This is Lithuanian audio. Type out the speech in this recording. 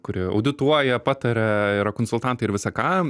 kuri audituoja pataria yra konsultantai ir visa ką